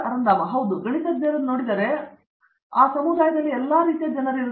ಅರಂದಾಮ ಸಿಂಗ್ ಸರಿ ನೀವು ಗಣಿತಜ್ಞರನ್ನು ನೋಡಿದರೆ ಆ ಸಮುದಾಯದಲ್ಲಿ ಎಲ್ಲಾ ರೀತಿಯ ಜನರಿರುತ್ತಾರೆ